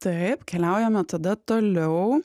taip keliaujame tada toliau